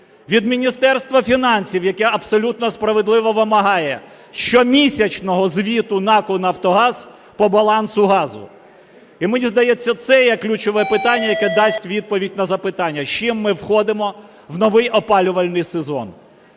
Від Міністерства фінансів, яке абсолютно справедливо вимагає щомісячного звіту НАК "Нафтогаз" по балансу газу. І мені здається, це є ключове питання, яке дасть відповідь на запитання, з чим ми входимо в новий опалювальний сезон.